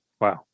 Wow